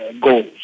goals